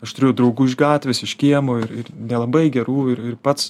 aš turių draugų iš gatvės iš kiemo ir ir nelabai gerų ir ir pats